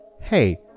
hey